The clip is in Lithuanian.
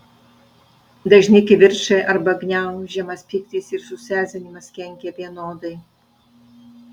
dažni kivirčai arba gniaužiamas pyktis ir susierzinimas kenkia vienodai